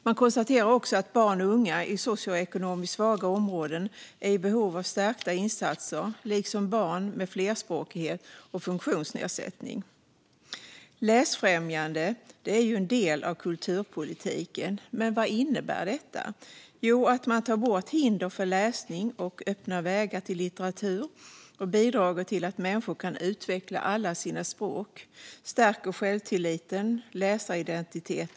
Man konstaterar också att barn och unga i socioekonomiskt svaga områden är i behov av stärkta insatser, liksom barn med flerspråkighet eller funktionsnedsättning. Läsfrämjande är ju en del av kulturpolitiken, men vad innebär det? Jo, att man tar bort hinder för läsning och öppnar vägar till litteratur, bidrar till att människor kan utveckla alla sina språk samt stärker självtillit och läsaridentitet.